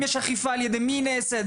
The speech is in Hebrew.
אם יש אכיפה, על ידי מי היא נעשית?